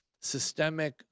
systemic